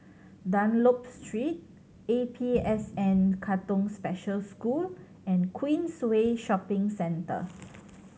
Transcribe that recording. Dunlop Street A P S N Katong Special School and Queensway Shopping Centre